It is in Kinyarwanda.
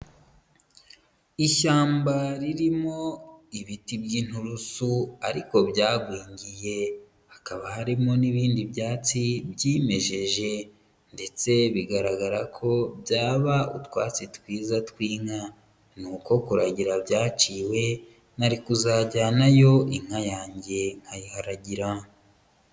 Ishyamba ririmo ibiti by'inturusu ariko byagwingiye, hakaba harimo n'ibindi byatsi byimejeje ndetse bigaragara ko byaba utwatsi twiza tw'inka, ni uko kuragira byaciwe, nari kuzajyanayo inka yanjye nkayiharagira.